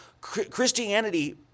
Christianity